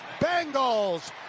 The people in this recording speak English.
Bengals